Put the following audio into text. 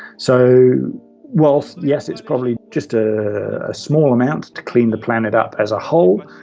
so while yes, it's probably just a small amount to clean the planet up as a whole,